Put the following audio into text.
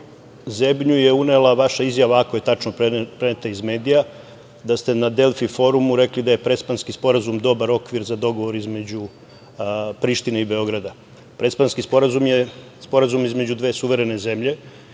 zebnju je unela vaša izjava, ako je tačno preneta iz medija, da ste na „Delfi“ forumu rekli da je Prespanski sporazum dobar okvir za dogovor između Prištine i Beograda. Prespanski sporazum je sporazum između dve suverene zemlje